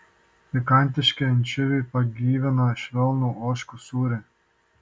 pikantiški ančiuviai pagyvina švelnų ožkų sūrį